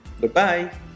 goodbye